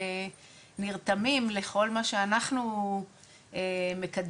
שנרתמים לכל מה שאנחנו מקדמים,